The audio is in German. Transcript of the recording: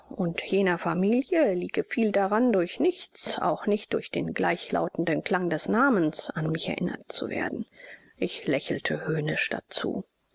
und jener familie liege viel daran durch nichts auch nicht durch den gleichlautenden klang des namens an mich erinnert zu werden ich lächelte höhnisch dazu